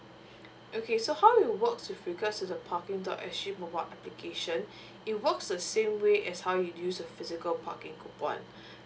okay so how you works with regards to the parking dot s g mobile application it works the same way as how you use a physical parking coupon